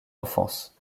enfance